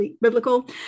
biblical